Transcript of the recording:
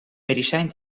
medicijn